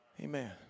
Amen